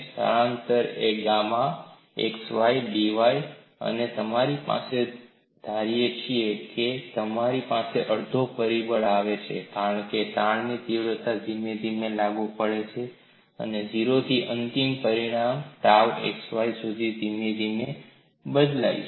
સ્થાનાંતરણ એ gamma xy dy છે અને આપણે પણ ધારીએ છીએ તમારી પાસે અડધો પરિબળ આવે છે કારણ કે તાણની તીવ્રતા ધીમે ધીમે લાગુ પડે છે 0 થી અંતિમ પરિમાણ tau x y સુધી ધીમે ધીમે બદલાય છે